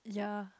ya